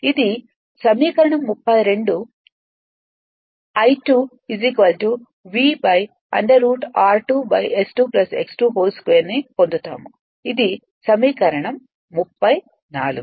ఇది సమీకరణం 32 I2 V √r2 S2 x 2 2పొందుతాము ఇది సమీకరణం 34